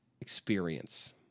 experience